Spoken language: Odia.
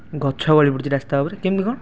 ଗଛ ଗଳି ପଡ଼ିଛି ରାସ୍ତା ଉପରେ କେମିତି କ'ଣ